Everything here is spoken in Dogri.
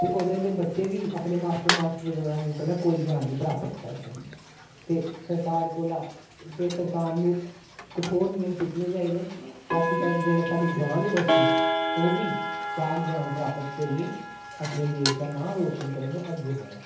ते ओह्दे न बच्चे बी अपने मास्टर मास्टरैनी कोला कोई ज्ञान नी प्राप्त करदे न ते सरकार कोला ते सरकार नू कठोर नियम चुक्कने चाहिदे न ताकी जेह्ड़े साढ़ै ग्रांऽ दे बच्चे न ओह् बी शैल ज्ञान प्राप्त करियै अपने देश दा नांऽ रोशन करन ते अग्गें बड़न